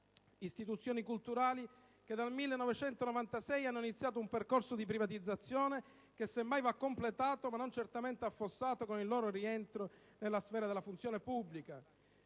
istituzioni culturali che dal 1996 hanno iniziato un percorso di privatizzazione che semmai va completato ma non certamente affossato con il loro rientro nella sfera della funzione pubblica.